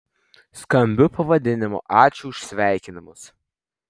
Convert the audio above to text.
skambiu pavadinimu ačiū už sveikinimus